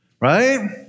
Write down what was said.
Right